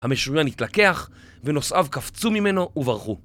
המשוריין התלקח, ונוסעיו קפצו ממנו וברחו.